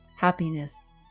Happiness